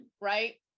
right